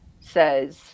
says